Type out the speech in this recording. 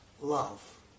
love